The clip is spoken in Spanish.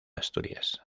asturias